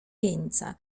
jeńca